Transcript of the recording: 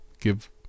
give